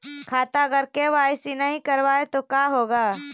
खाता अगर के.वाई.सी नही करबाए तो का होगा?